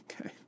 Okay